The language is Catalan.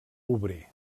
obrer